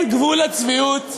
אין גבול לצביעות.